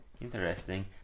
Interesting